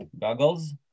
goggles